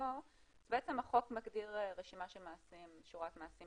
שבדרך כלל אנחנו מציגים נתונים ומידע,